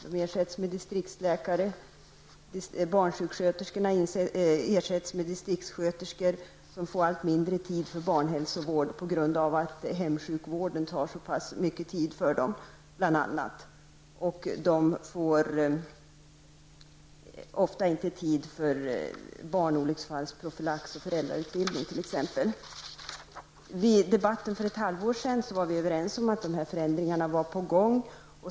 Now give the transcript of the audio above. De ersätts med distriktsläkare, och barnsjuksköterskorna ersätts med distriktssköterskor, som får allt mindre tid för barnhälsovård på grund av att bl.a. hemsjukvården tar så mycket tid i anspråk för dem. De får ofta inte tid med t.ex. barnolycksfallsprofylax och föräldrautbildning. Vid debatten för ett halvår sedan var vi överens om att de i svaret nämnda förändringarna var på gång.